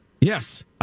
Yes